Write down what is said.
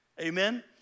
Amen